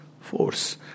force